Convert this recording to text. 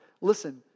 Listen